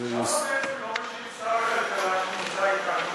למה באמת לא משיב שר הכלכלה, שנמצא אתנו?